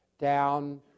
down